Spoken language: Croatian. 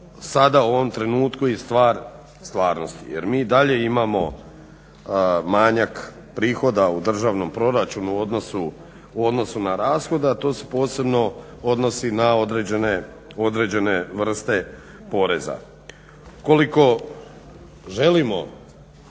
sada u ovom trenutku i stvar stvarnosti jer mi i dalje imamo manjak prihoda u državnom proračunu u odnosu na rashode, a to se posebno odnosi na određene vrste poreza. Ukoliko želimo